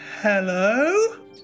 Hello